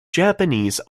japanese